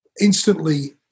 instantly